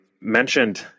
mentioned